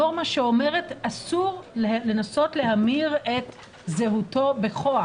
נורמה שאומרת: אסור לנסות להמיר את זהותו של אדם בכוח,